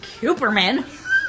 Cooperman